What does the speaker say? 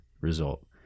result